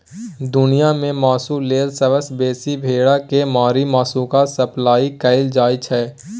दुनियाँ मे मासु लेल सबसँ बेसी भेड़ा केँ मारि मासुक सप्लाई कएल जाइ छै